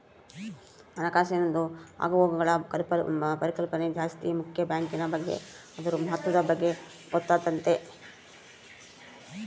ಹಣಕಾಸಿಂದು ಆಗುಹೋಗ್ಗುಳ ಪರಿಕಲ್ಪನೆ ಜಾಸ್ತಿ ಮುಕ್ಯ ಬ್ಯಾಂಕಿನ್ ಬಗ್ಗೆ ಅದುರ ಮಹತ್ವದ ಬಗ್ಗೆ ಗೊತ್ತಾತತೆ